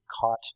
caught